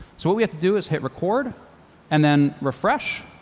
so what we have to do is hit record and then refresh.